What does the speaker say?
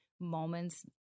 moments